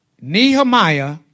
Nehemiah